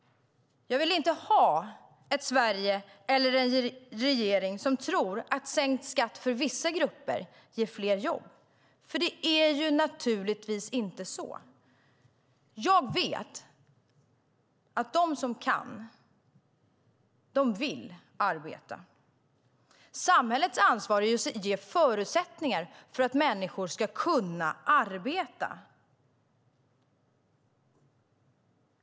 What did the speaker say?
Jag vill inte ha ett Sverige eller en regering som tror att sänkt skatt för vissa grupper ger fler jobb. Det är naturligtvis inte så. Jag vet att de som kan arbeta vill arbeta. Samhällets ansvar är att ge förutsättningar för att människor ska kunna arbeta.